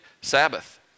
Sabbath